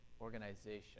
organization